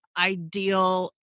ideal